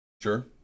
Sure